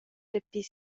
dapi